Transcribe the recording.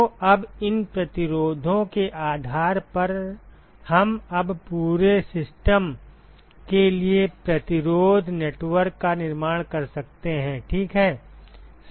तो अब इन दो प्रतिरोधों के आधार पर हम अब पूरे सिस्टम के लिए प्रतिरोध नेटवर्क का निर्माण कर सकते हैं ठीक है